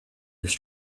their